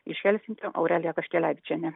iš helsinkio aurelija kaškelevičienė